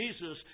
Jesus